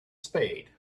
spade